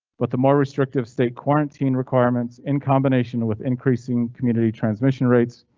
but the more restrictive state quarantine requirements in combination with increasing community transmission rates.